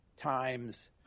times